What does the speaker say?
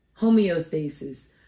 homeostasis